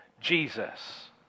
Jesus